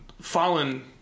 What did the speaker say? Fallen